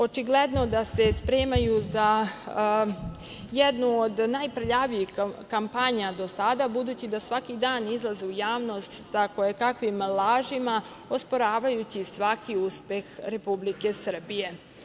Očigledno da se spremaju za jednu od najprljavijih kampanja do sada, budući da svaki dan izlaze u javnost sa kojekakvim lažima, osporavajući svaki uspeh Republike Srbije.